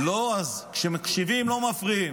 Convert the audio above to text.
כשמקשיבים לא מפריעים.